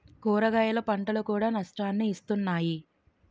కూరగాయల పంటలు కూడా నష్టాన్ని ఇస్తున్నాయి